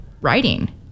writing